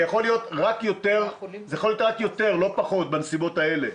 זה יכול להיות רק יותר, ולא פחות, בנסיבות האלה.